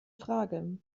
frage